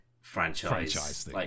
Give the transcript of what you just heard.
franchise